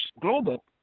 Global